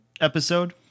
episode